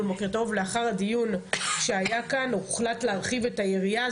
הדיון שהיה כאן הוחלט להרחיב את היריעה,